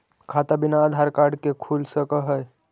खाता बिना आधार कार्ड के खुल सक है?